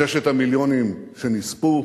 ששת המיליונים שנספו